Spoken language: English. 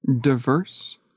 Diverse